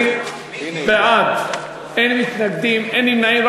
20 בעד, אין מתנגדים, אין נמנעים.